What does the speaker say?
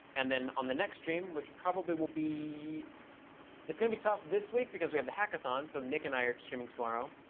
and then on the next stream, which probably will be it's going to be tough this week because we have the hackathon, so nick and i are streaming tomorrow.